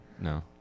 No